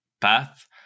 path